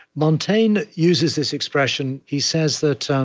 montaigne uses this expression, he says that ah